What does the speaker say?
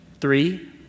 Three